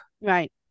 Right